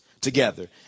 together